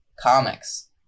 comics